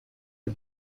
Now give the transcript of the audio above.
est